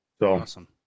Awesome